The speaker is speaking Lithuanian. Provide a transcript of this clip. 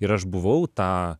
ir aš buvau tą